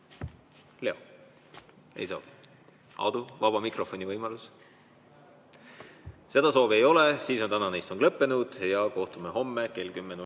Leo? Ei soovi. Aadu, vaba mikrofoni võimalus! Seda soovi ei ole. Siis on tänane istung lõppenud ja kohtume homme kell 10.